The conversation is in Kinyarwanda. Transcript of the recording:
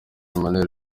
emmanuel